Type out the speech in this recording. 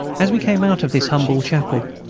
as we came out of this humble chapel,